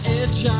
edge